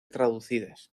traducidas